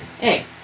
Hey